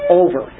over